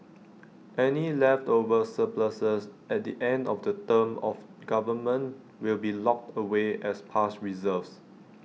any leftover surpluses at the end of the term of government will be locked away as past reserves